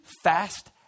fast